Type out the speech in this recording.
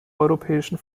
europäischen